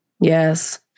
Yes